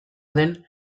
den